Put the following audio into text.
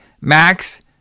Max